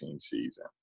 season